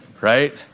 Right